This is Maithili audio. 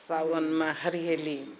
सावनमे हरिआली